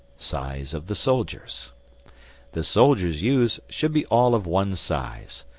size of the soldiers the soldiers used should be all of one size.